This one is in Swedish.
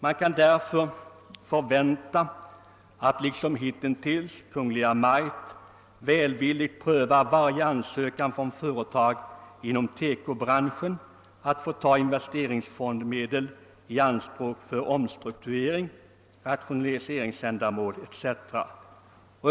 Man kan därför förvänta att Kungl. Maj:t liksom hittills välvilligt kommer att pröva varje ansökan från företag inom TEKO-branschen att få ta investeringsfondsmedel i anspråk för omstrukturering, rationaliseringsändamål etc.